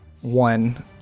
one